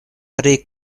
pri